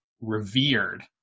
revered